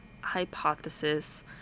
hypothesis